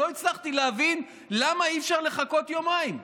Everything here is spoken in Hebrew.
לא הצלחתי להבין למה אי-אפשר לחכות יומיים.